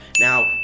Now